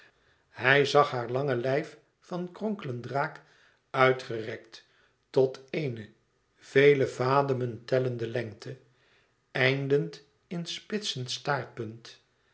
hij zag haar lange lijf van kronkelen draak uit gerekt tot eene vele vademen tellende lengte eindend in spitsen staartpunt